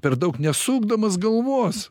per daug nesukdamas galvos